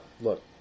look